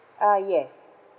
uh yes